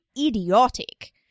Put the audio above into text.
idiotic